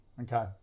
Okay